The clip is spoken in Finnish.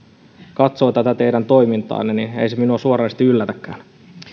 katsoo tätä teidän toimintaanne niin ei se minua suoranaisesti yllätäkään